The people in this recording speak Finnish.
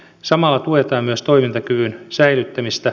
samalla tuetaan myös toimintakyvyn säilyttämistä